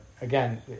again